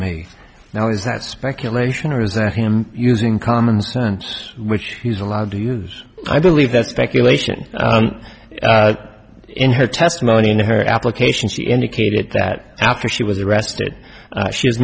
me now is that speculation or is that him using common sense which he's allowed to use i believe that's speculation in her testimony in her application she indicated that after she was arrested she was